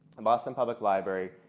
um boston public library,